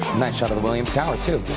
nice shot of the williams tower, too.